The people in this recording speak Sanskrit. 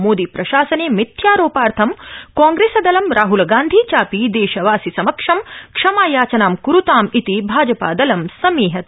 मोदीप्रशासने मिथ्यारोपार्थ कांग्रेसदलं राहलगान्धी चापि देशवासि समक्षं क्षमायाचनां क्रूताम् इति भाजपा दलं समीहते